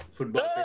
Football